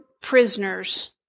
prisoners